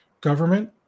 government